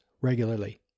regularly